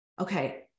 okay